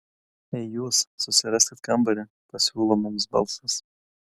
ei jūs susiraskit kambarį pasiūlo mums balsas